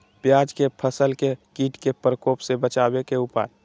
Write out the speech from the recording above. प्याज के फसल के कीट के प्रकोप से बचावे के उपाय?